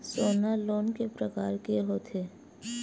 सोना लोन के प्रकार के होथे?